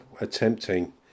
attempting